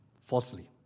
falsely